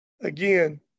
again